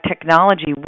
technology